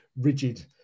rigid